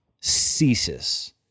ceases